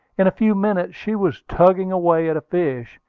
in a few minutes she was tugging away at a fish.